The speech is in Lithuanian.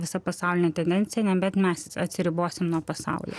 visa pasaulinė tendencija nebent mes atsiribosim nuo pasaulio